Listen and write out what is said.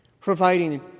providing